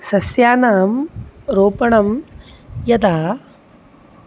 सस्यानां रोपणं यदा